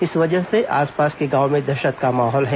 इस वजह से आसपास के गांवों में दहशत का माहौल है